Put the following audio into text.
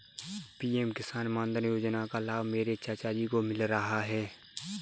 PM Kisan Maandhan Yojana का लाभ मेरे चाचा जी को मिल रहा है